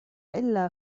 إلا